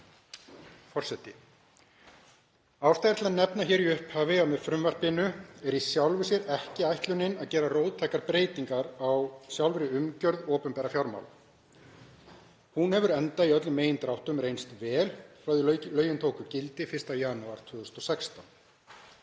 Ástæða er til að nefna hér í upphafi að með frumvarpinu er í sjálfu sér ekki ætlunin að gera róttækar breytingar á sjálfri umgjörð opinberra fjármála. Hún hefur enda í öllum megindráttum reynst vel frá því að lögin tóku gildi 1. janúar 2016.